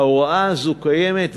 ההוראה הזאת קיימת,